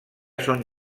son